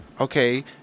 okay